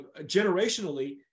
generationally